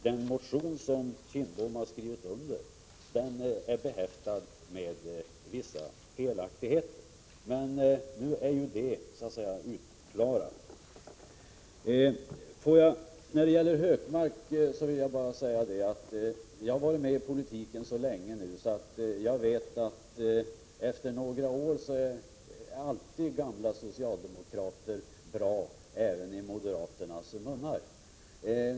Den motion som Bengt Kindbom har skrivit under BOREN är alltså behäftad med vissa felaktigheter. Men nu är den saken avklarad. Till Gunnar Hökmark vill jag bara säga att jag har varit med i politiken så länge nu att jag vet att gamla socialdemokrater efter några år alltid är bra även i moderaternas munnar.